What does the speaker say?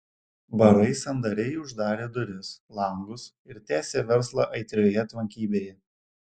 barai sandariai uždarė duris langus ir tęsė verslą aitrioje tvankybėje